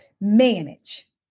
manage